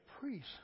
priest